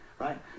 Right